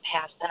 past